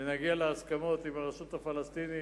ונגיע להסכמות עם הרשות הפלסטינית,